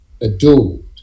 adored